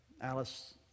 Alice